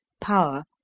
power